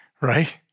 right